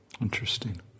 interesting